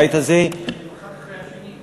ואז הגעתי לבית הזה, אתם אחד אחרי השני.